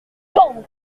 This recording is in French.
pan